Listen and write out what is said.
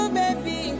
baby